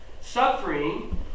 Suffering